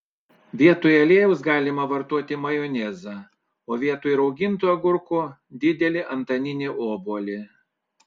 vietoj aliejaus galima vartoti majonezą o vietoj rauginto agurko didelį antaninį obuolį